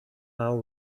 are